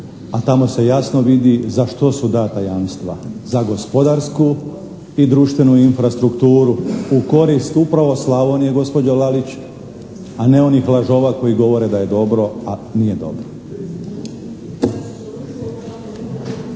a tamo se jasno vidi za što su dana jamstva, za gospodarsku i društvenu infrastrukturu u korist upravo Slavonije gospođo Lalića a ne onih lažova koji govore da je dobro a nije dobro.